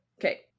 Okay